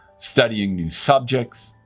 studying new subjects,